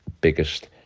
biggest